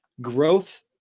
growth